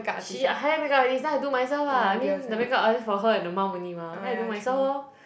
she hire makeup artist then I do myself ah I mean the makeup artist for her and the mum only mah then I do myself lor